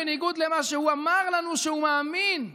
בניגוד למה שהוא אמר לנו שהוא מאמין בו,